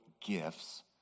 gifts